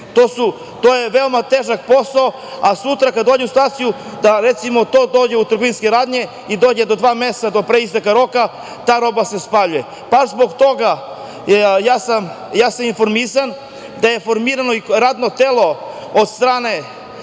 je veoma težak posao, a sutra, kada dođe u situaciju da recimo to dođe u trgovinske radnje i dođe do dva meseca do pre isteka roka, ta roba se spaljuje. Baš zbog toga, ja sam informisan, da je formirano i radno telo, od strane